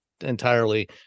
entirely